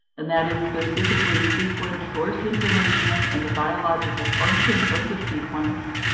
and that is specifically sequence source information, and the biological function of the sequence.